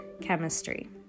Chemistry